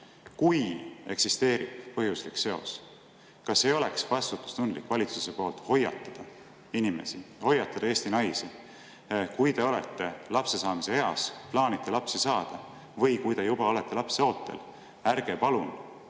kui eksisteerib põhjuslik seos, kas siis valitsusel ei oleks vastutustundlik hoiatada inimesi, hoiatada Eesti naisi, et kui te olete lapsesaamise eas ja plaanite lapsi saada või kui te juba olete lapseootel, ärge palun